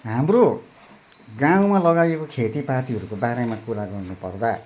हाम्रो गाउँमा लगाइएको खेतीपातीहरूको बारेमा कुरा गर्नुपर्दा